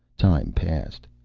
time passed.